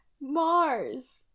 mars